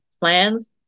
plans